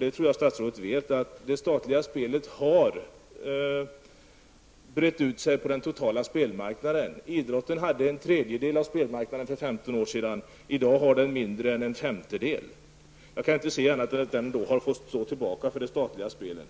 Jag tror att statsrådet vet att det statliga spelet har tagit en allt större andel av den totala spelmarknaden. Idrotten hade för 15 år sedan en tredjedel av spelmarknaden, medan andelen i dag är mindre än en femtedel. Idrotten har alltså fått stå tillbaka för det statliga spelet.